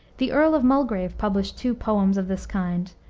the earl of mulgrave published two poems of this kind,